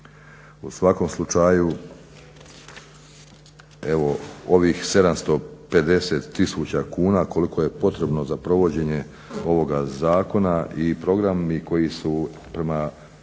U svakom slučaju evo ovih 750 000 kuna koliko je potrebno za provođenje ovoga zakona i programi, projekti